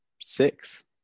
six